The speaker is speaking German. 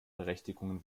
berechtigungen